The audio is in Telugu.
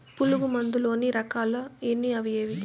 పులుగు మందు లోని రకాల ఎన్ని అవి ఏవి?